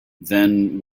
then